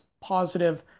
positive